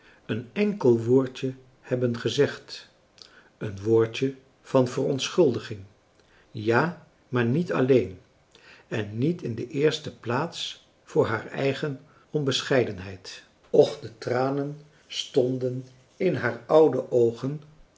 een enkel woordje hebben gezegd een woordje van verontschuldiging ja maar niet alleen en niet in de eerste plaats voor haar eigen onbescheidenheid och de tranen stonden in haar oude oogen